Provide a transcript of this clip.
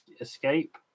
escape